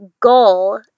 goal